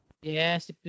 Yes